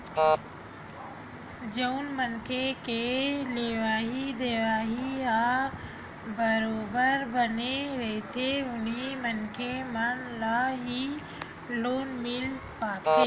जउन मनखे के लेवइ देवइ ह बरोबर बने रहिथे उही मनखे मन ल ही लोन मिल पाथे